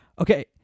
okay